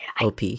OP